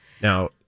Now